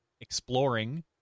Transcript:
exploring